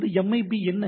இந்த எம்ஐபி என்ன